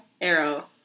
Arrow